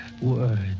Words